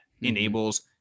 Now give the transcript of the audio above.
enables